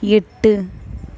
எட்டு